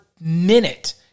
minute